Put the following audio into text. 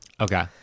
Okay